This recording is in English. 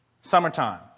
Summertime